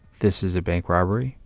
this is a bank robbery.